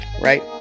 right